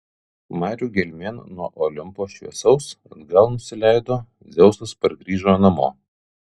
marių gelmėn nuo olimpo šviesaus atgal nusileido dzeusas pargrįžo namo